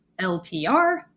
LPR